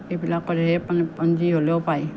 এইবিলাকৰ সেই মানে যি হ'লেও পায়